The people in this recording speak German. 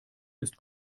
ist